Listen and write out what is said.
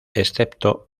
excepto